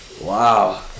Wow